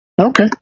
Okay